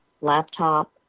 laptop